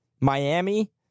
Miami